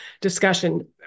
discussion